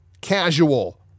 casual